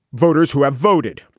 voters who have voted.